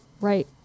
Right